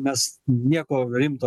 mes nieko rimto